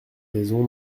raison